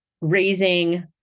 raising